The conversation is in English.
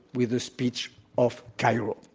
with the speech of cairo.